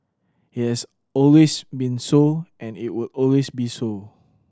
it has always been so and it will always be so